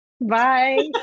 Bye